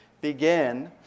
Begin